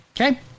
okay